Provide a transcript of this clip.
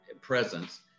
presence